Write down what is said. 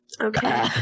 Okay